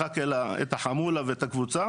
אלא רק את החמולה ואת הקבוצה